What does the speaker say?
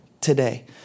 today